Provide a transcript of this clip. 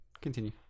Continue